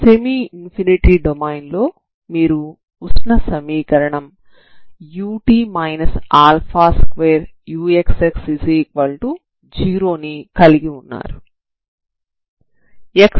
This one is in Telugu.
సెమి ఇన్ఫినిటీ డొమైన్ లో మీరు ఉష్ణ సమీకరణం ut 2uxx0 ని కలిగి ఉన్నారు